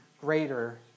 greater